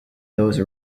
those